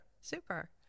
Super